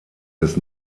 des